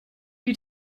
you